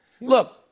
Look